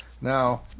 Now